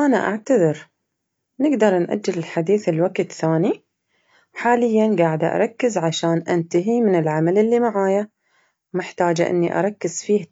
رح أطلب منه بكل احترام وهدوء إنه يتركني أخلص شغلي وبعدها راح نتكلم بالمواضيع اللي يبغاها وأكيد راح أقله إنو هذا